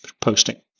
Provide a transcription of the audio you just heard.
posting